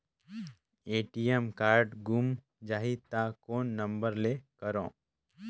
ATM card गुम जाही त कौन नम्बर मे करव?